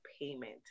payment